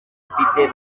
mfite